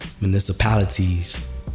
municipalities